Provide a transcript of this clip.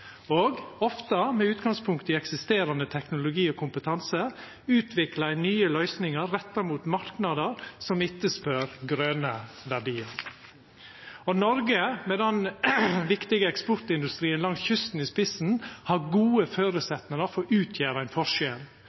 Og ofte, med utgangspunkt i eksisterande teknologi og kompetanse, utviklar ein nye løysingar retta mot marknader som etterspør grøne verdiar. Noreg, med den viktige eksportindustrien langs kysten i spissen, har gode føresetnader for å utgjera ein forskjell,